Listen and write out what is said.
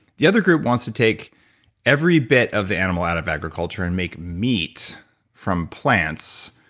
the other group wants to take every bit of the animal out of agriculture and make meat from plants,